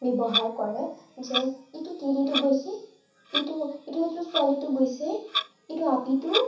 ব্যৱহাৰ কৰে যে ইটো তিৰিটো গৈছে ইটো ইটো এইটো ছোৱালীটো গৈছে ইটো আপীটো